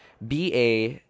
BA